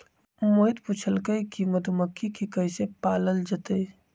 मोहित पूछलकई कि मधुमखि के कईसे पालल जतई